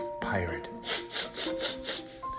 pirate